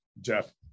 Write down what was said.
Jeff